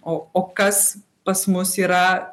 o o kas pas mus yra